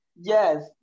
Yes